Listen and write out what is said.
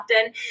often